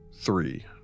three